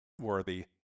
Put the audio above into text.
worthy